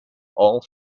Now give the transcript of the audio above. all